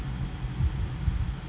ya